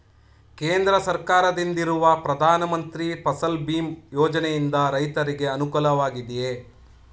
ಕೇಂದ್ರ ಸರ್ಕಾರದಿಂದಿರುವ ಪ್ರಧಾನ ಮಂತ್ರಿ ಫಸಲ್ ಭೀಮ್ ಯೋಜನೆಯಿಂದ ರೈತರಿಗೆ ಅನುಕೂಲವಾಗಿದೆಯೇ?